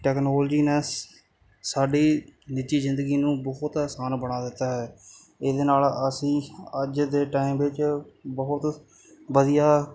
technology ਨੇ ਸ ਸਾਡੀ ਨਿੱਜੀ ਜ਼ਿੰਦਗੀ ਨੂੰ ਬਹੁਤ ਆਸਾਨ ਬਣਾ ਦਿੱਤਾ ਹੈ ਇਹਦੇ ਨਾਲ ਅਸੀਂ ਅੱਜ ਦੇ ਟਾਈਮ ਵਿੱਚ ਬਹੁਤ ਵਧੀਆ